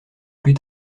plus